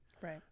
right